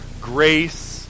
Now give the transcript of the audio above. grace